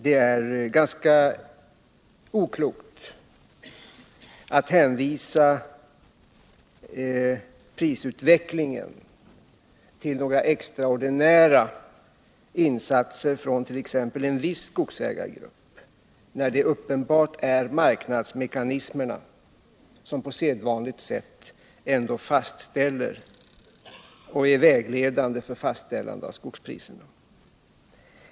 Det vore ganska oklokt att härleda prisutvecklingen till några extraordinära insatser från t.ex. en viss skogsägargrupp, när det uppenbart är marknadsmekanismerna som på sedvanligt sätt varit vägledande för fastställandet av skogspriserna.